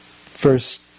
first